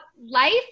life